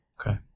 Okay